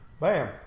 Bam